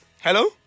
Hello